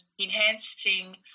enhancing